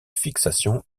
fixation